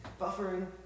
Buffering